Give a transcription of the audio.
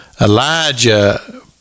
Elijah